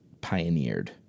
pioneered